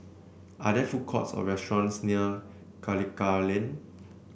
are there food courts or restaurants near Karikal Lane